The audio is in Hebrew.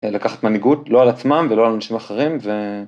לקחת מנהיגות לא על עצמם ולא על אנשים אחרים.